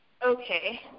Okay